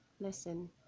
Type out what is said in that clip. Listen